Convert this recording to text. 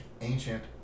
ancient